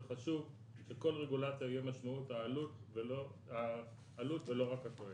חשוב שבכל רגולציה תהיה משמעות העלות ולא רק התועלת.